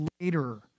later